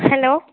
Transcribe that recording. hello